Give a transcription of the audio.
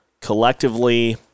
collectively